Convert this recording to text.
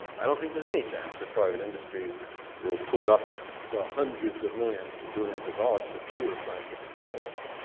i don't think there's any chance that private industry will put up the hundreds of millions to billions of dollars for pure scientific satellites.